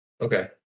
Okay